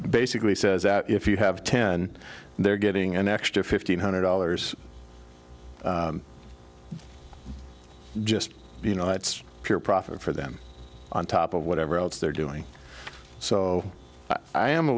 basically says that if you have ten they're getting an extra fifteen hundred dollars just you know it's pure profit for them on top of whatever else they're doing so i am a